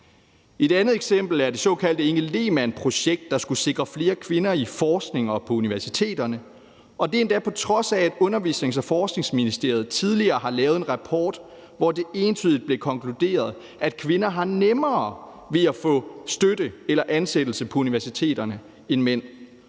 Et andet eksempel er det såkaldte Inge Lehmann-projekt, der skulle sikre flere kvinder i forskning og på universiteterne. Det er endda, på trods af at Undervisnings- og Forskningsministeriet tidligere har lavet en rapport, hvor det entydigt blev konkluderet, at kvinder har nemmere ved at få støtte eller ansættelse på universiteterne end mænd.